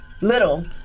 Little